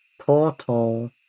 Portal